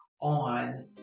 on